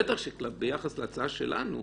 בטח שביחס להצעה שלנו,